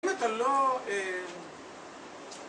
אם אתה לא, אה...